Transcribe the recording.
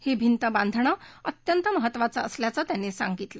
ही भिंत बांधणं अतिशय महत्वाचं असल्याचं त्यांनी सांगितलं